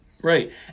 Right